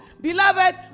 Beloved